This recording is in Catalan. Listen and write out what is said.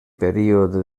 període